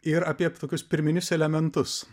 ir apie tokius pirminius elementus